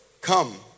Come